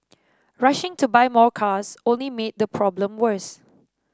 rushing to buy more cars only made the problem worse